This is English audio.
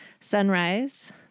Sunrise